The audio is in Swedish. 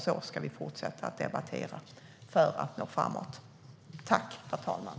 Så ska vi fortsätta att debattera för att komma framåt.